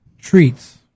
treats